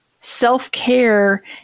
Self-care